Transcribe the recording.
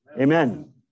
Amen